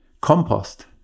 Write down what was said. Compost